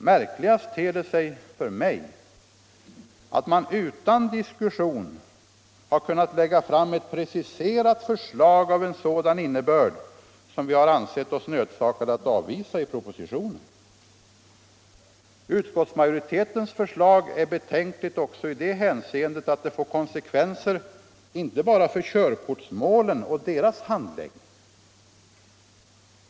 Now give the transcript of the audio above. Märkligast ter det sig för mig att man utan diskussion har kunnat lägga fram ett preciserat förslag av en sådan innebörd som vi har ansett oss nödsakade att avvisa i propositionen. Utskottsmajoritetens förslag är betänkligt också i det hänseendet att det får konsekvenser inte bara för körkortsmålen och deras handläggning.